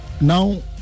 Now